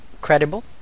credible